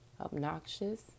obnoxious